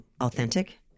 authentic